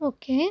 okay